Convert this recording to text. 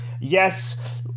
Yes